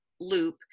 loop